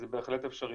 זה בהחלט אפשרי.